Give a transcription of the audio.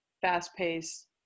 fast-paced